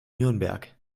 nürnberg